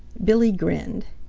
billy grinned.